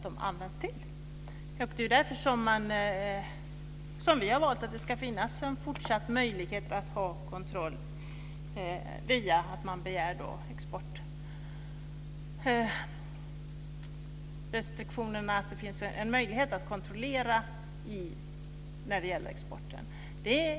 Det är därför som vi har valt att det ska finnas en fortsatt möjlighet att kontrollera exporten.